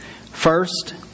First